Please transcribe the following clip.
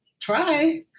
try